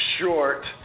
short